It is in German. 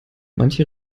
manche